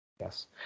yes